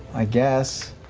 i guess.